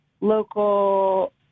local